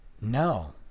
no